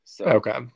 Okay